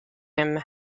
him